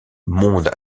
monde